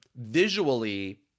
visually